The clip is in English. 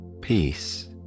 peace